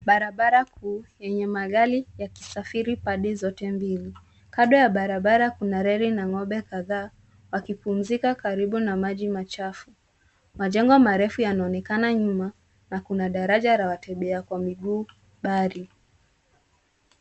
Barabara kuu yenye magari yakisafiri pande zote mbili. Kando ya barabara kuna reli na ng'ombe kadhaa wakipumzika karibu na maji machafu. Majengo marefu yanaonekana nyuma na kuna daraja la watembea kwa miguu mbali.